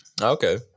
Okay